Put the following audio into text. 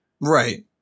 right